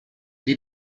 they